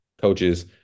coaches